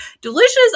Delicious